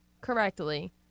correctly